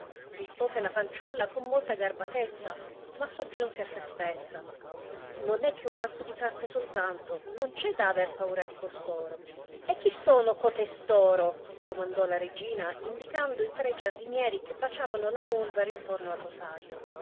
rispose la fanciulla con molta garbatezza ma soggiunse a sè stessa non è che un mazzo di carte soltanto non c'è da aver paura di costoro e chi sono cotestoro domandò la regina indicando i tre giardinieri che baciavano la polvere intorno al rosajo